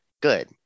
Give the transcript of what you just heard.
good